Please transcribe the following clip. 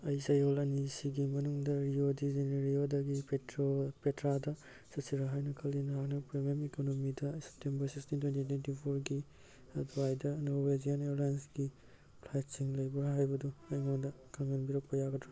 ꯑꯩ ꯆꯌꯣꯜ ꯑꯅꯤꯁꯤꯒꯤ ꯃꯅꯨꯡꯗ ꯔꯤꯑꯣ ꯗꯤ ꯖꯦꯅꯦꯔꯤꯑꯣꯗꯒꯤ ꯄꯦꯇ꯭ꯔꯥꯗ ꯆꯠꯁꯤꯔꯥ ꯍꯥꯏꯅ ꯈꯜꯂꯤ ꯅꯍꯥꯛꯅ ꯄ꯭ꯔꯤꯃꯤꯌꯝ ꯏꯀꯣꯅꯣꯃꯤꯗ ꯁꯦꯞꯇꯦꯝꯕꯔ ꯁꯤꯛꯁꯇꯤꯟ ꯇ꯭ꯋꯦꯟꯇꯤ ꯇ꯭ꯋꯦꯟꯇꯤ ꯐꯣꯔꯒꯤ ꯑꯅꯧꯕ ꯖꯦꯟ ꯏꯌꯥꯔꯂꯥꯏꯟꯁꯀꯤ ꯐ꯭ꯂꯥꯏꯠꯁꯤꯡ ꯂꯩꯕ꯭ꯔꯥ ꯍꯥꯏꯕꯗꯨ ꯑꯩꯉꯣꯟꯗ ꯈꯪꯍꯟꯕꯤꯔꯛꯄ ꯌꯥꯒꯗ꯭ꯔꯥ